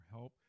Help